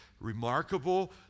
remarkable